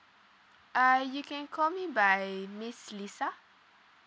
uh you can call me by miss lisa